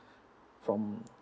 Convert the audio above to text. from